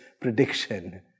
prediction